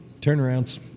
Turnarounds